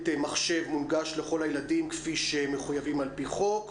מחשב מונגש לכל הילדים כפי שמחויבים על פי חוק.